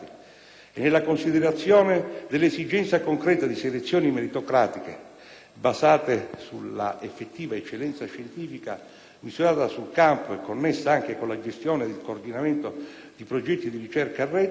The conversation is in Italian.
e nella considerazione dell'esigenza concreta di selezioni meritocratiche, basate sull'effettiva eccellenza scientifica, misurata sul campo e connessa anche con la gestione ed il coordinamento di progetti di ricerca a rete